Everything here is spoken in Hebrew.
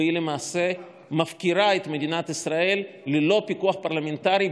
והיא למעשה מפקירה את מדינת ישראל ללא פיקוח פרלמנטרי,